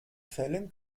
fällen